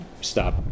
stop